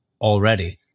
already